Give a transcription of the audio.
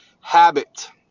habit